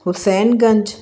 Husainganj